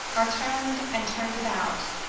are turned and turned about,